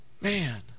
man